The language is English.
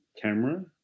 camera